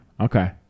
Okay